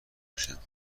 بشم